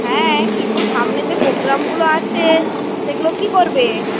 হ্যাঁ কিন্তু সামনে যে প্রোগ্রামগুলো আছে সেগুলো কী করবে